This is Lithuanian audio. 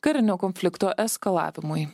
karinio konflikto eskalavimui